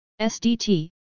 SDT